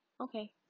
okay